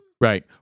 Right